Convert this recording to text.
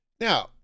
Now